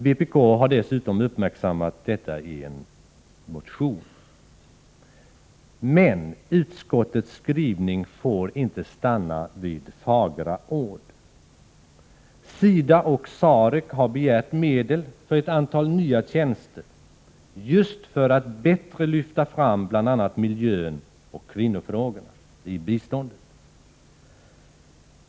Vpk har dessutom uppmärksammat detta i en motion. Men utskottets skrivning får inte stanna vid fagra ord. SIDA och SAREC har begärt medel för ett antal nya tjänster just för att i biståndet bättre lyfta fram bl.a. miljöoch kvinnofrågorna.